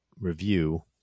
Review